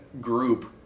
group